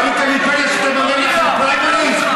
בניתם אימפריה שתממן לכם פריימריז?